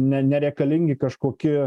ne nereikalingi kažkokie